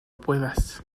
puedas